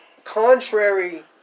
Contrary